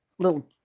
little